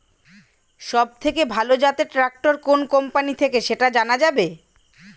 সবথেকে ভালো জাতের ট্রাক্টর কোন কোম্পানি থেকে সেটা জানা যাবে?